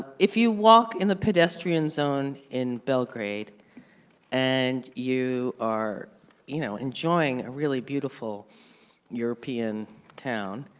if you walk in the pedestrian zone in belgrade and you are you know enjoying a really beautiful european town,